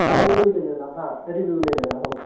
हां रिव्ह्यू लिहिलेला हां रिव्ह्यू लिहिलेला हो